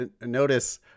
notice